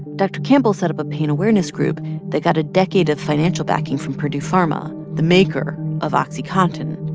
dr. campbell set up a pain awareness group that got a decade of financial backing from purdue pharma, the maker of oxycontin.